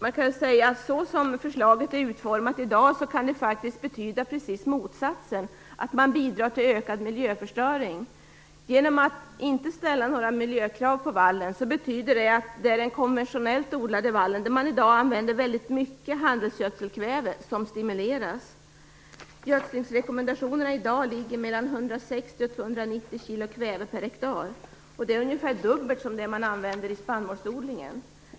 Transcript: Man kan säga att som förslaget är utformat i dag kan det faktiskt betyda precis motsatsen - att man bidrar till ökad miljöförstöring. Att inte ställa några miljökrav på vallen betyder att den konventionella odlingen av vall, där man i dag använder väldigt mycket handelsgödselkväve, stimuleras. Gödslingsrekommendationerna i dag ligger på mellan 160 och 290 kilo kväve per hektar - ungefär dubbelt så mycket som används i spannmålsodlingen.